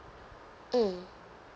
mm